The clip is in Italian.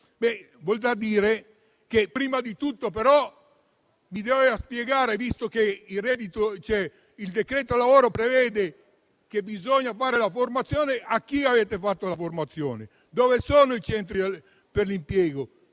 ci doveva spiegare, visto che il decreto lavoro prevede che bisogna fare la formazione, a chi avete fatto la formazione, dove sono i centri per l'impiego,